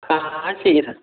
हाँ चाहिए सर